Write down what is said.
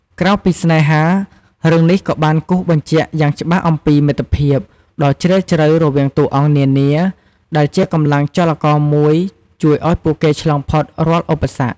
ក្រៅពីស្នេហា រឿងនេះក៏បានគូសបញ្ជាក់យ៉ាងច្បាស់អំពី មិត្តភាព ដ៏ជ្រាលជ្រៅរវាងតួអង្គនានា ដែលជាកម្លាំងចលករមួយជួយឱ្យពួកគេឆ្លងផុតរាល់ឧបសគ្គ។